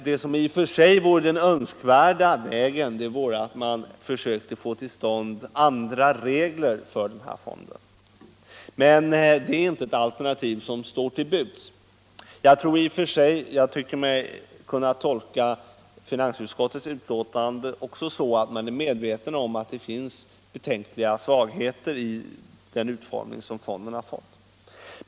Den i och för sig önskvärda vägen vore att man försökte få till stånd andra regler för fonden, men det är inte ett alternativ som står till buds. Jag tycker mig kunna tolka finansutskottets betänkande så att utskottet är medvetet om att det finns beklagliga svagheter i den utformning som fonden har fått.